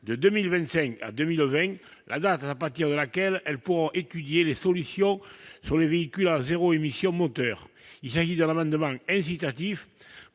de 2025 à 2020 la date à partir de laquelle ils pourront étudier les solutions sur les véhicules à zéro émission moteur. Il s'agit d'un amendement incitatif